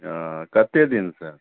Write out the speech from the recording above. ओ कत्ते दिनसँ